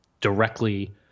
directly